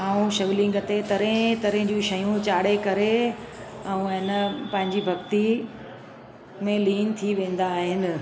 ऐं शिवलिंग ते तरह तरह जूं शयूं चाढ़े करे ऐं एन पंहिंजी भक्ति में लीन थी वेंदा आहिनि